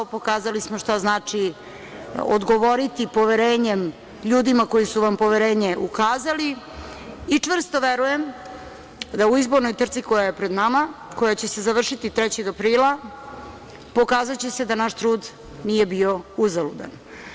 Pokazali smo šta znači odgovoriti poverenjem ljudima koji su vam poverenje ukazali i čvrsto verujem da u izbornoj trci koja je pred nama, koja će se završiti 3. aprila, pokazaće se da naš trud nije bio uzaludan.